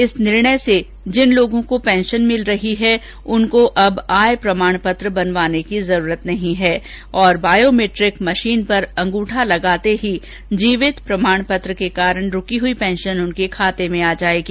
इस निर्णय से जिन लोगों को पेंशन मिल रही है उनको अब आय प्रमाण पत्र बनवाने की जरूरत नहीं हैं एवं बॉयोमेट्रिक मशीन पर अंगूठा लगाने से ही जीवित प्रमाण पत्र के कारण रूकी पेंशन उनके खाते में आ जाएगी